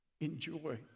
Enjoy